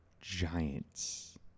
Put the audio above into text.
Giants